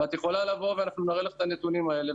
ואת יכולה לבוא ואנחנו נראה לך את הנתונים האלה,